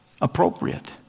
appropriate